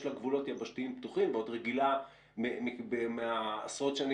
לה גבולות יבשתיים פתוחים ועוד רגילה מעשרות השנים